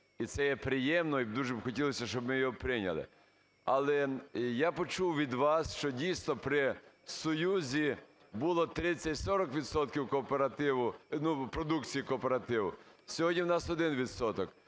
І це є приємно, і дуже б хотілося, щоб ми його прийняли. Але я почув від вас, що дійсно при Союзі було 30-40 відсотків кооперативу, ну,